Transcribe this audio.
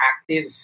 active